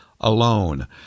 alone